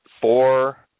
four